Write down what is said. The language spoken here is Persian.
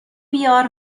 بیار